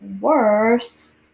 worse